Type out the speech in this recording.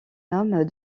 homme